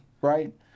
right